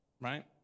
right